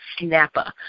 Snappa